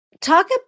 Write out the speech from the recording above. talk